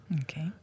Okay